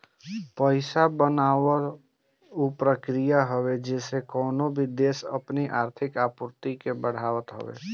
पईसा बनावल उ प्रक्रिया होला जेसे कवनो भी देस अपनी आर्थिक आपूर्ति के बढ़ावत हवे